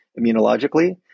immunologically